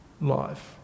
life